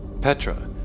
Petra